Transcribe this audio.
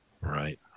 Right